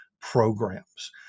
programs